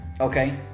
Okay